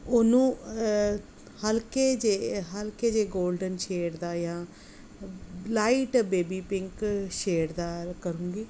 ਉਹ ਨੂੰ ਹਲਕੇ ਜੇ ਹਲਕੇ ਜਿਹੇ ਗੋਲਡਨ ਸ਼ੇਡ ਦਾ ਜਾਂ ਲਾਈਟ ਬੇਬੀ ਪਿੰਕ ਸ਼ੇਡ ਦਾ ਕਰੂੰਗੀ